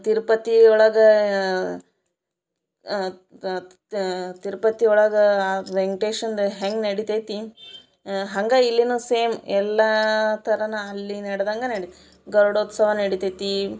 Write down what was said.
ತಿರುಪತಿ ಒಳಗೆ ತಿರುಪತಿ ಒಳಗೆ ಆ ವೆಂಕ್ಟೇಶಂದು ಹೆಂಗೆ ನಡಿತೈತೆ ಹಂಗೆ ಇಲ್ಲಿನು ಸೇಮ್ ಎಲ್ಲ ಥರನು ಅಲ್ಲಿ ನೆಡ್ದಂಗೆ ನಡಿತು ಗರುಡೋತ್ಸವ ನಡಿತೈತೆ